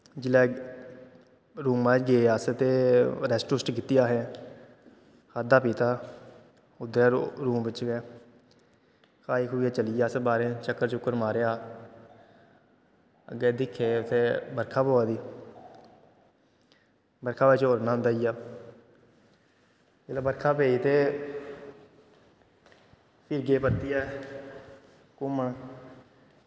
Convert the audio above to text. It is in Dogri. जेल्लै रूमा च गे अस ते रैस्ट रुस्ट कीती असें खाद्धा पीता उद्धर रूम बिच्च्च गै खाई खुहियै चली गे अस बाह्रै चक्कर चुक्कर मारेआ अग्गें दिक्खेआ उत्थें बरखा पवा दी बरखा बिच्च होई नंद आई गेआ जेल्लै बरखा पेई ते फ्ही गे परतियै घूमन